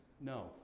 No